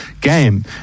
game